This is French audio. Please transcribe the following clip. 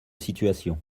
situation